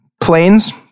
planes